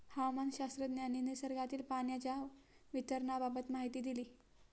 हवामानशास्त्रज्ञांनी निसर्गातील पाण्याच्या वितरणाबाबत माहिती दिली